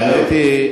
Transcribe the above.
האמת היא,